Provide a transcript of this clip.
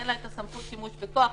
אין לה סמכות שימוש בכוח,